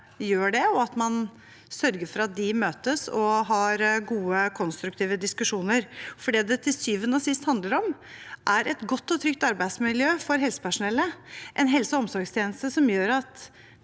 og at man sørger for at de møtes og har gode, konstruktive diskusjoner. Det det til syvende og sist handler om, er et godt og trygt arbeidsmiljø for helsepersonellet og en helse- og omsorgstjeneste som gjør at